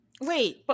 Wait